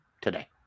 today